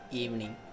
evening